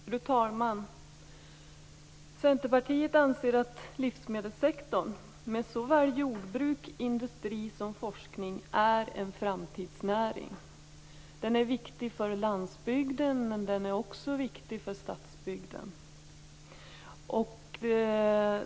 Fru talman! Centerpartiet anser att livsmedelssektorn, med såväl jordbruk, industri som forskning, är en framtidsnäring. Den är viktig för landsbygden, men den är också viktig för stadsbygden.